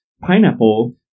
pineapple